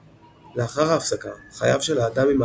רבים מהלוקים בהפרעה לחדול לגמרי מנטילת הטיפול התרופתי.